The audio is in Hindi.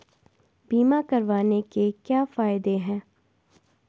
बीमा करवाने के क्या फायदे हैं?